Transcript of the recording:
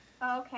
Okay